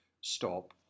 stop